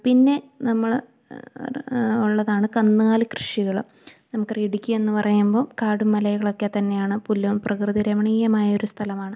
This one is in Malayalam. പിന്നെ നമ്മള് ഒള്ളതാണ് കന്നുകാലി കൃഷികള് നമുക്കറിയാം ഇടുക്കി എന്ന് പറയുമ്പോൾ കാടും മലകളൊക്കെ തന്നെയാണ് പുല്ലും പ്രകൃതി രമണീയമായൊരു സ്ഥലമാണ്